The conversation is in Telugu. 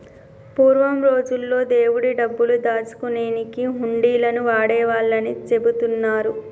పూర్వం రోజుల్లో దేవుడి డబ్బులు దాచుకునేకి హుండీలను వాడేవాళ్ళని చెబుతున్నరు